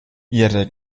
ihre